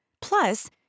Plus